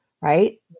right